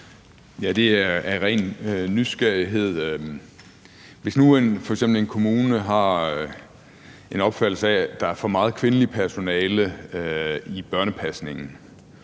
at jeg vil spørge: Hvis nu f.eks. en kommune har en opfattelse af, at der er for meget kvindeligt personale i børnepasningen,